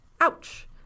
Ouch